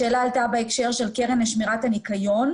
השאלה הייתה בהקשר של הקרן לשמירת הניקיון,